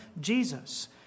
Jesus